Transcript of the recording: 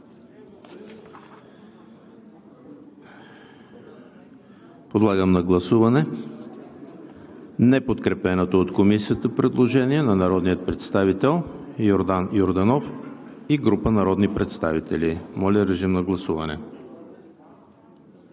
Подлагам на гласуване неподкрепеното от Комисията предложение на народния представител Йордан Йорданов и група народни представители. Гласували